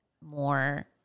more